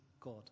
God